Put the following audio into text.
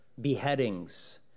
beheadings